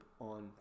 on